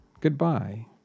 Goodbye